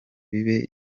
bibe